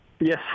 Yes